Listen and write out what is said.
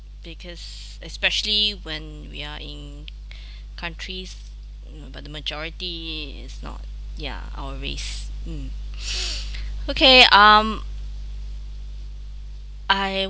because especially when we are in countries but the majority is not ya our race um okay um I